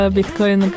Bitcoin